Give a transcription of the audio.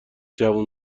جوون